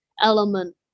element